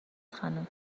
خانم